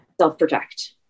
self-protect